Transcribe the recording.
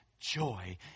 joy